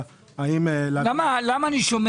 שנה